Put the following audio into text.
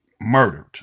murdered